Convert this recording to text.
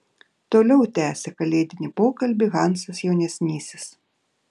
toliau tęsė kalėdinį pokalbį hansas jaunesnysis